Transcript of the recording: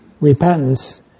Repentance